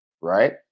right